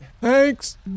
Thanks